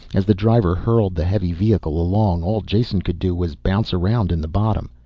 as the driver hurled the heavy vehicle along, all jason could do was bounce around in the bottom.